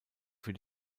für